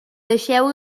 deixeu